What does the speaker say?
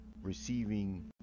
receiving